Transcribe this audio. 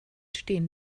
stehen